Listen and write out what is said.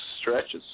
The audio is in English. stretches